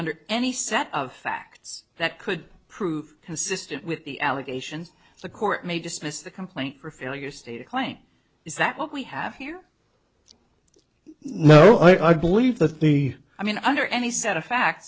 under any set of facts that could prove consistent with the allegations the court may dismiss the complaint for failure stated claim is that what we have here no i believe that the i mean under any set of fact